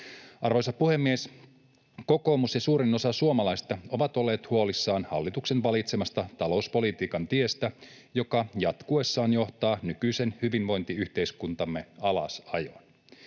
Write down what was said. Arvoisa puhemies! Kokoomus ja suurin osa suomalaisista ovat olleet huolissaan hallituksen valitsemasta talouspolitiikan tiestä, joka jatkuessaan johtaa nykyisen hyvinvointiyhteiskuntamme alasajoon.